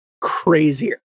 crazier